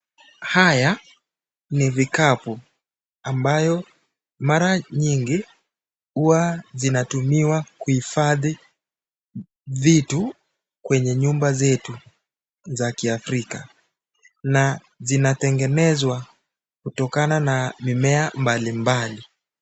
Haya ni vikapu ambayo mara nyingi huwa zinatumiwa kuhifadhi vitu kwenye nyumba zeru za kiafrika na zinatengenezwa kutokana na mimea mbali mbali.